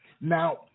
now